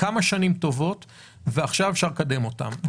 כמה שנים טובות ועכשיו אפשר לקדם אותם.